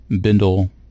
Bindle